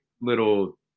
little